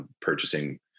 purchasing